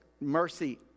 mercy